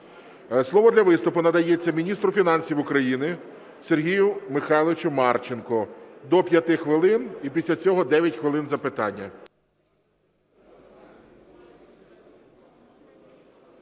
Слово для виступу надається міністру фінансів України Сергію Михайловичу Марченку, до 5 хвилин, і після цього 9 хвилин запитання.